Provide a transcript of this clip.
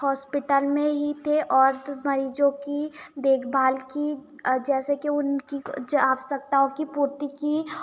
hospital में ही थे और तो मरीज़ों की देख भाल की जैसे कि उनकी आवश्यकताओं की पूर्ति की